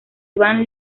ivan